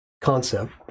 concept